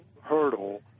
hurdle